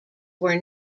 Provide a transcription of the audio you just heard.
were